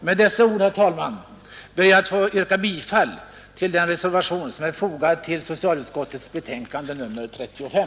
Med dessa ord, herr talman, ber jag att få yrka bifall till den reservation som är fogad till socialutskottets betänkande nr 35.